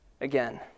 again